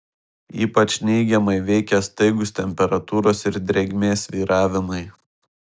ypač neigiamai veikia staigūs temperatūros ir drėgmės svyravimai